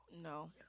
No